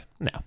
No